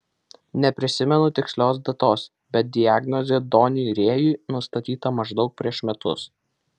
neprisimenu tikslios datos bet diagnozė doniui rėjui nustatyta maždaug prieš metus